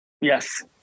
Yes